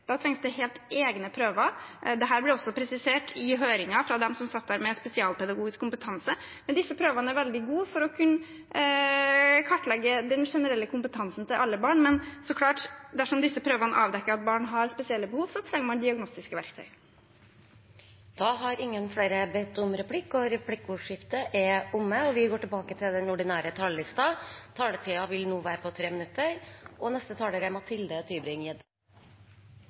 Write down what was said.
trengs det helt egne prøver. Dette ble også presisert i høringen av dem som satt med spesialpedagogisk kompetanse. Disse prøvene er veldig gode for å kunne kartlegge den generelle kompetansen hos alle barn, men dersom disse prøvene avklarer at barn har spesielle behov, trenger man så klart diagnostiske verktøy. Replikkordskiftet er omme. De talere som heretter får ordet, har også en tale på inntil 3 minutter. Nasjonale prøver er et veldig viktig verktøy for å bedre kvaliteten i norsk skole, for skoleeiere, skoleledere og lærere. Og